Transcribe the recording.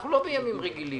אנחנו לא בימים רגילים.